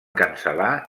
cancel·lar